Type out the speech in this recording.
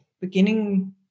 beginning